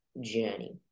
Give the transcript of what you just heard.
journey